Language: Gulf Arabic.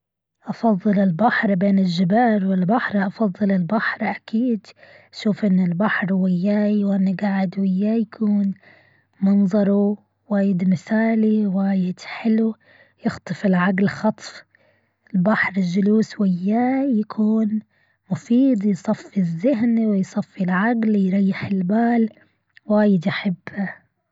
أفظل البحر بين الجبال والبحر أفظل البحر أكيد. شف أن البحر وياي وأنا قاعد وياي يكون. منظره وايد مثالي وايد حلو. يخطف العقل خطف. البحر الجلوس وياي يكون مفيد يصفي ويصفي العقل يريح البال. وايد أحبه.